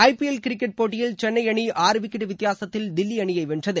IPL cricket போட்டியில் சென்னை அணி ஆறு விக்கெட் வித்தியாசத்தில் தில்லி அணியை வென்றது